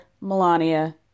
Melania